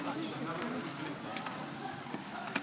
והצבת בפניי אתגר קשה,